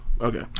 Okay